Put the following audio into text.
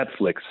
Netflix